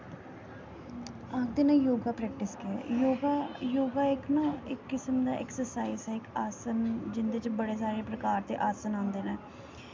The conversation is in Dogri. आखदे ने योगा प्रैकटिस केह् ऐ योगा योगा इक किस्म दा ना ऐक्सर्साइज़ ऐ आसन जेह्दे च बड़े सारे प्रकार दे आसन आंदे न